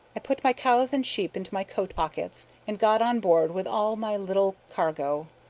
i put my cows and sheep into my coat pockets, and got on board with all my little cargo.